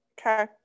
Okay